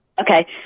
Okay